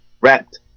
wrapped